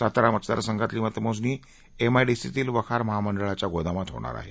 सातारा मतदारसंघातील मतमोजणी एमआयडीसीतील वखार महामंडळा या गोदामात होणार आहे